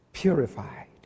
purified